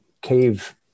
cave